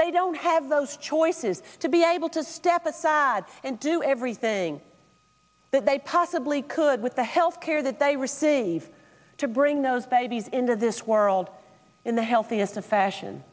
they don't have those choices to be able to step aside and do everything that they possibly could with the health care that they receive to bring those babies into this world in the healthiest of fashion